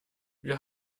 wir